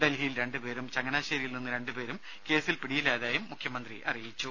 ഡൽഹിയിൽ രണ്ടുപേരും ചങ്ങനാശ്ശേരിയിൽ നിന്ന് രണ്ടുപേരും കേസിൽ പിടിയിലായതായും മുഖ്യമന്ത്രി പറഞ്ഞു